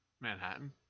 Manhattan